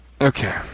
Okay